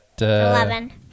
Eleven